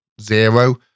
zero